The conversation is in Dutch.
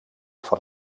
van